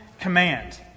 command